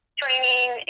training